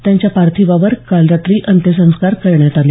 त्यांच्या पार्थिवावर काल रात्री अंत्यसंस्कार करण्यात आले